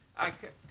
i can't